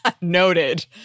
Noted